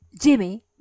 Jimmy